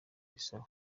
bisaba